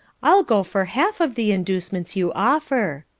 i'll go for half of the inducements you offer.